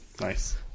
Nice